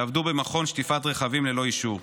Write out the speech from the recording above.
שעבדו במכון שטיפת רכבים ללא אישור.